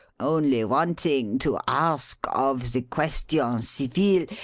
only wantin' to arsk of the question civile.